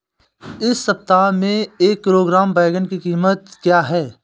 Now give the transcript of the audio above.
इस सप्ताह में एक किलोग्राम बैंगन की औसत क़ीमत क्या है?